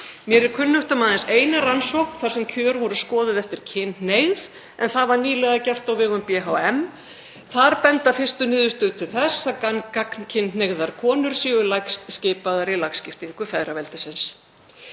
aðeins kunnugt um eina rannsókn þar sem kjör voru skoðuð eftir kynhneigð, en það var nýlega gert á vegum BHM. Þar benda fyrstu niðurstöður til þess að gagnkynhneigðar konur séu lægst skipaðar í lagskiptingu feðraveldisins.